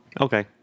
Okay